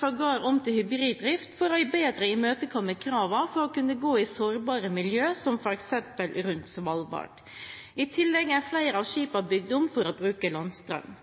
sågar om til hybriddrift for bedre å imøtekomme kravene for å kunne gå i sårbare miljøer, som f.eks. rundt Svalbard. I tillegg er flere av skipene bygd om for å bruke landstrøm.